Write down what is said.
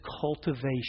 cultivation